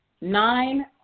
nine